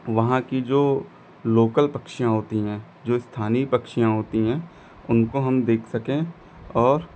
वहाँ की जो लोकल पक्षियाँ होती हैं जो स्थानीय पक्षियाँ होती हैं उनको हम देख सकें और